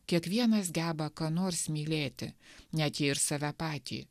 kiekvienas geba ką nors mylėti net jei ir save patį